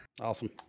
Awesome